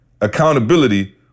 accountability